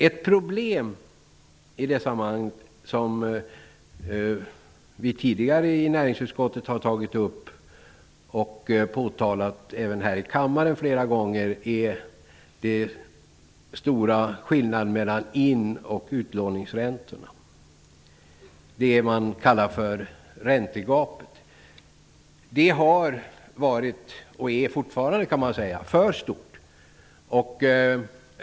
Ett problem i detta sammanhang som vi tidigare har tagit upp i näringsutskottet och påtalat flera gånger även här i kammaren, är den stora skillnaden mellan in och utlåningsräntorna -- det man kallar för räntegapet. Räntegapet har varit och är fortfarande för stort.